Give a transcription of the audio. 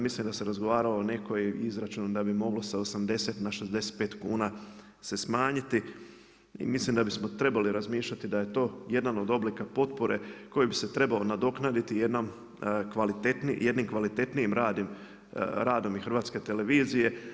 Mislim da sam razgovarao o nekoj izračun da bi moglo sa 70, na 65 kuna, se smanjiti i mislim da bismo trebali razmišljati da je to jedan od oblika potpore koji bi se trebao nadoknaditi jednim kvalitetnijim radom i hrvatske televizije.